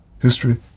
history